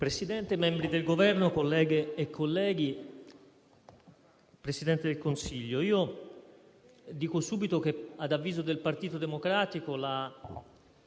Presidente, membri del Governo, colleghe e colleghi, signor Presidente del Consiglio, dico subito che, ad avviso del Partito Democratico, la